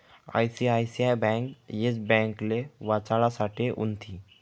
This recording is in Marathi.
आय.सी.आय.सी.आय ब्यांक येस ब्यांकले वाचाडासाठे उनथी